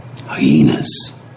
Hyenas